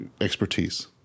expertise